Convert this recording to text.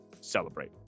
celebrate